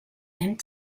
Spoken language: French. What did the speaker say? même